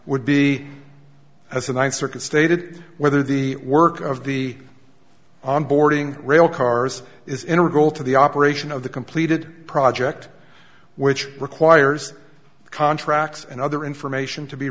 would be as the ninth circuit stated whether the work of the on boarding rail cars is integral to the operation of the completed project which requires contracts and other information to be